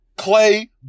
Clay